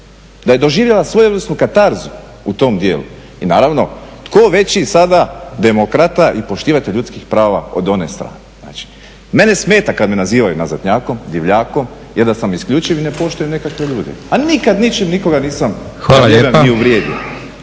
da je doživjela svojevrsnu katarzu u tom dijelu. I naravno tko veći sada demokrata i poštivatelj ljudskih prava od one strane znači. Mene smeta kada me nazivaju nazadnjakom, divljakom, jer da sam isključiv i ne poštujem nekakve a nikada ničim nikoga nisam …/Govornik